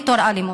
אלימות.